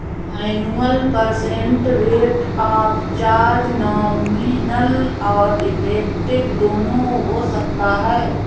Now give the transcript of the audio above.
annual percent rate of charge nominal और effective दोनों हो सकता है